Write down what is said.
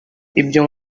ibyo